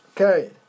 Okay